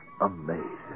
Amazing